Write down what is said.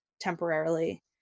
temporarily